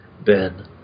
Ben